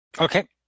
Okay